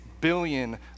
billion